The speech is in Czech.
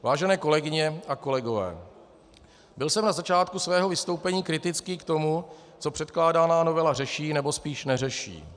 Vážené kolegyně a kolegové, byl jsem na začátku svého vystoupení kritický k tomu, co předkládaná novela řeší, nebo spíš neřeší.